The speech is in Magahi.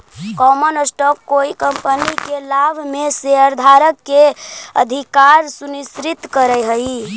कॉमन स्टॉक कोई कंपनी के लाभ में शेयरधारक के अधिकार सुनिश्चित करऽ हई